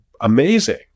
amazing